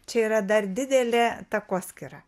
čia yra dar didelė takoskyra